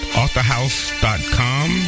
authorhouse.com